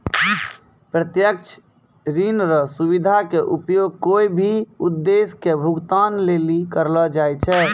प्रत्यक्ष ऋण रो सुविधा के उपयोग कोय भी उद्देश्य के भुगतान लेली करलो जाय छै